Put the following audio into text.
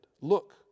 Look